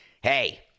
hey